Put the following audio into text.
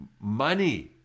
money